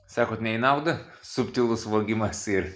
sakote ne į naudą subtilus vogimas ir